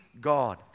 God